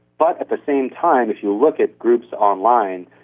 but at the same time if you look at groups online,